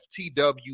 FTW